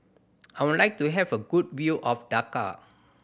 I would like to have a good view of Dhaka